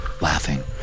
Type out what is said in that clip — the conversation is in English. laughing